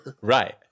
Right